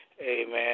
amen